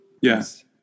Yes